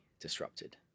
disrupted